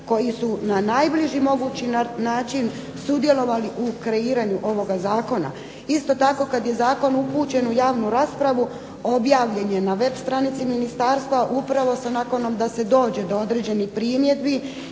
koji su na najbliži mogući način sudjelovali u kreiranju ovoga zakona. Isto tako kad je zakon upućen u javnu raspravu objavljen je na web stranici ministarstva upravo sa nakanom da se dođe do određenih primjedbi